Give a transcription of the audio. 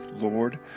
Lord